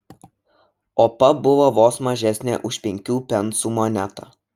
opa buvo vos mažesnė už penkių pensų monetą